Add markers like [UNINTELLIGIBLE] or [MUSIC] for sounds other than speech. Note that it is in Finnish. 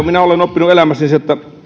[UNINTELLIGIBLE] minä olen oppinut elämässäni sen että